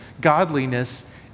godliness